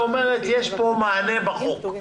היא אומרת שיש פה מענה בהצעת החוק.